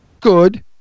good